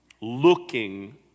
looking